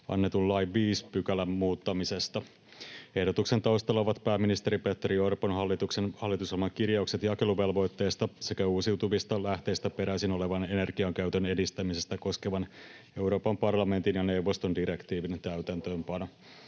annetun lain 5 §:n muuttamisesta. Ehdotuksen taustalla ovat pääministeri Petteri Orpon hallituksen hallitusohjelman kirjaukset jakeluvelvoitteesta sekä uusiutuvista lähteistä peräisin olevan energian käytön edistämistä koskevan Euroopan parlamentin ja neuvoston direktiivin täytäntöönpano.